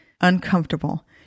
uncomfortable